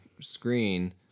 screen